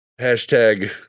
hashtag